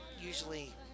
usually